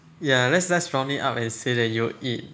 ya ya let's round it up and say that you will eat